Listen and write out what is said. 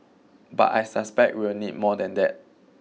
but I suspect we will need more than that